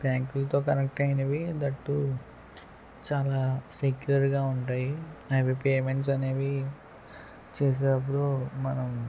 బ్యాంకులతో కనెక్ట్ అయినవి that too చాలా సెక్యూర్గా ఉంటాయి అవి పేమెంట్స్ అనేవి చేసేటప్పుడు మనం